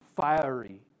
fiery